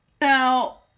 Now